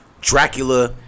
Dracula